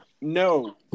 No